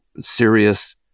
serious